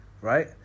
right